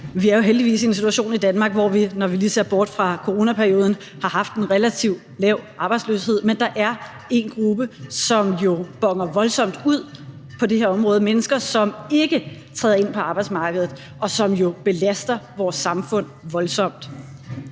Vi er jo heldigvis i en situation i Danmark, hvor vi, når vi lige ser bort fra coronaperioden, har haft en relativt lav arbejdsløshed, men der er én gruppe, som jo boner voldsomt ud på det her område; mennesker, som ikke træder ind på arbejdsmarkedet, og som jo belaster vores samfund voldsomt.